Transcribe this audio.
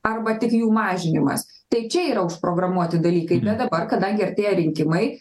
arba tik jų mažinimas tai čia yra užprogramuoti dalykai bet dabar kadangi artėja rinkimai